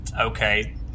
Okay